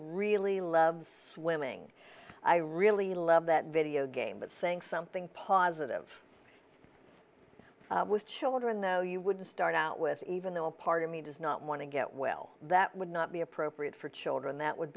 really love swimming i really love that video game but saying something positive with children though you would start out with even though a part of me does not want to get well that would not be appropriate for children that would